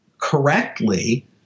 correctly